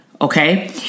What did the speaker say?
Okay